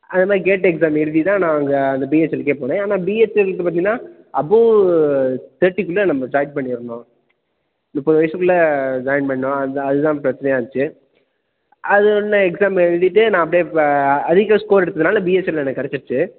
அதே மாதிரி GATE exam எழுதி தான் நான் அங்கே அந்த பிஹெச்எல்க்கே போனேன் ஆனால் பிஹெச்எல்க்கு பார்த்தீங்கன்னா அபோவ் தேர்ட்டிக்குள் நம்ம ஜாயின் பண்ணிடணும் முப்பது வயசுக்குள் ஜாயின் பண்ணணும் அதுதான் அது தான் பிரச்சினையா இருந்துச்சு அது ஒன்று எக்ஸாம் எழுதிவிட்டு நான் அப்படியே இப்போ அ அதிக ஸ்கோர் எடுத்ததினால பிஹெச்எல்லில் எனக்குக் கிடைச்சிருச்சு